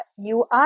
UI